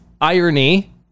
irony